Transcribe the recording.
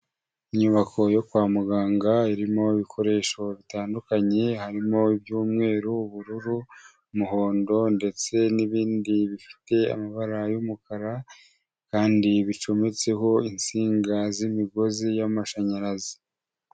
Inyubako yo kwa muganga irimo ibikoresho bitandukanye; harimo iby'umweru, ubururu, umuhondo ndetse n'ibindi bifite amabara y'umukara; kandi bicometseho insinga z'imigozi y'amashanyarazi.